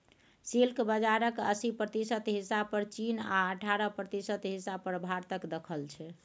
silk बजारक अस्सी प्रतिशत हिस्सा पर चीन आ अठारह प्रतिशत हिस्सा पर भारतक दखल छै